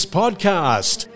podcast